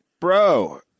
Bro